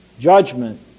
judgment